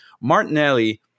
Martinelli